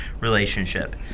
relationship